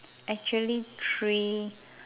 actually three